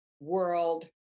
world